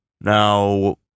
Now